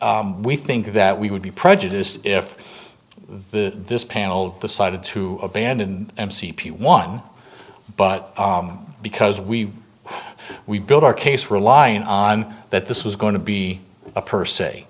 we think that we would be prejudiced if the this panel decided to abandon m c p one but because we we build our case relying on that this was going to be a per se